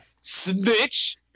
Snitch